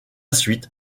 suite